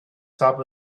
top